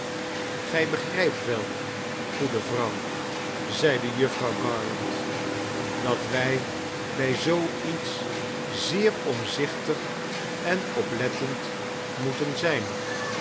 gij begrijpt wel goede vrouw zeide jufvrouw garland dat wij bij zoo iets zeer omzichtig en oplettend moeten zijn